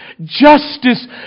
justice